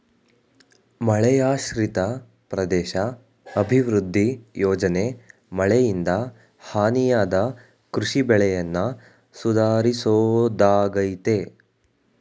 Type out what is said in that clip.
ಮಳೆಯಾಶ್ರಿತ ಪ್ರದೇಶ ಅಭಿವೃದ್ಧಿ ಯೋಜನೆ ಮಳೆಯಿಂದ ಹಾನಿಯಾದ ಕೃಷಿ ಬೆಳೆಯನ್ನ ಸುಧಾರಿಸೋದಾಗಯ್ತೆ